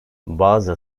bazı